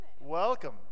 Welcome